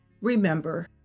Remember